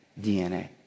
DNA